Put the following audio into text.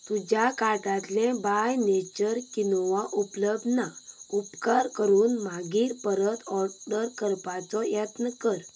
तुज्या कार्टांतले by nature quinoa उपलब्ध ना उपकार करून मागीर परत ऑर्डर करपाचो यत्न कर